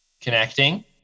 Connecting